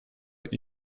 that